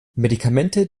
medikamente